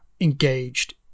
engaged